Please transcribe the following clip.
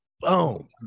Boom